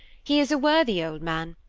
he is a worthy old man,